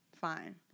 Fine